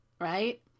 right